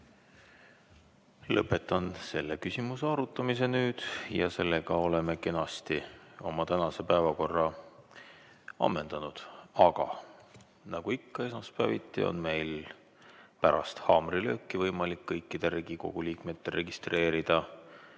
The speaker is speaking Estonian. Lõpetan selle küsimuse arutamise ja sellega oleme kenasti oma tänase päevakorra ammendanud. Aga nagu ikka, esmaspäeviti on pärast haamrilööki võimalik kõikidel Riigikogu liikmetel registreeruda